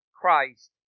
Christ